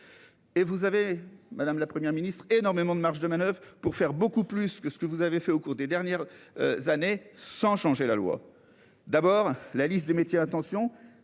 Et vous avez madame, la Première ministre énormément de marge de manoeuvre pour faire beaucoup plus que ce que vous avez fait au cours des dernières. Années sans changer la loi. D'abord, la liste des métiers. Attention,